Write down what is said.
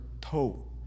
toe